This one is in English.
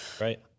Right